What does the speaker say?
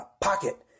pocket